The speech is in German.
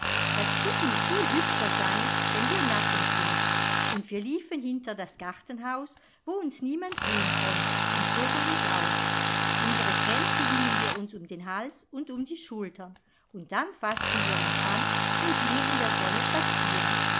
das spiel muß viel hübscher sein wenn wir nackend sind und wir liefen hinter das gartenhaus wo uns niemand sehn konnte und zogen uns aus unsre kränze hingen wir uns um den hals und um die schultern und dann faßten wir uns an und gingen in der sonne spazieren